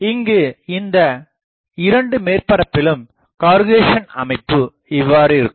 இங்கு இந்த இரண்டு மேற்பரப்பிலும் கருகேஷன் அமைப்பு இவ்வாறு இருக்கும்